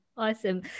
Awesome